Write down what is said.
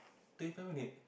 twenty five minute